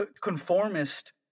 conformist